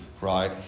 Right